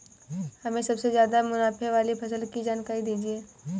हमें सबसे ज़्यादा मुनाफे वाली फसल की जानकारी दीजिए